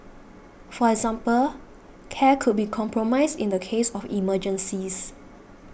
for example care could be compromised in the case of emergencies